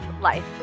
life